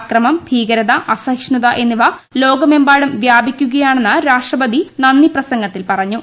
അക്രമംഭീകരതഅസഹിഷ്ണുത എന്നിവ ലോകമെമ്പാടും വ്യാപിക്കുകയാണെന്ന് രാഷ്ട്രപതി നന്ദിപ്രസംഗത്തിൽ പറഞ്ഞു